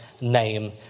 name